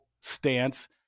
stance